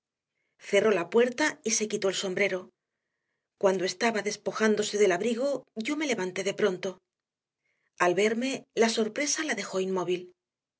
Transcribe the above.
cerró la puerta y se quitó el sombrero cuando estaba despojándose del abrigo yo me levanté de pronto al verme la sorpresa la dejó inmóvil